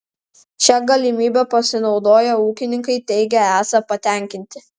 šia galimybe pasinaudoję ūkininkai teigia esą patenkinti